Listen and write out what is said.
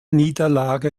niederlage